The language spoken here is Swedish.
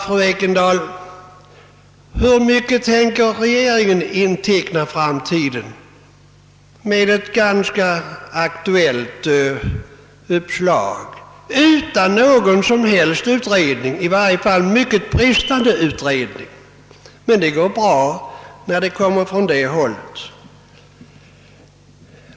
Fru Ekendahl, hur mycket tänker regeringen i fråga om ett ganska aktuellt uppslag inteckna framtiden utan någon som helst utredning eller endast en mycket bristfällig sådan? Men det går ju bra, när förslagen kommer från det hållet.